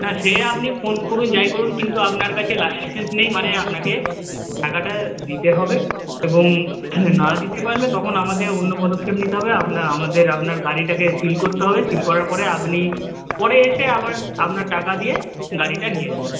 না সে আপনি ফোন করুন যাই করুন কিন্তু আপনার কাছে লাইসেন্স নেই মানে আপনাকে টাকাটা দিতে হবে এবং না দিতে পারলে তখন আমাদের অন্য পদক্ষেপ নিতে হবে আপনার আমাদের আপনার গাড়িটাকে সিল করতে হবে সিল করার পরে আপনি পরে এসে আপনার আপনার টাকা দিয়ে গাড়িটা নিয়ে যাবেন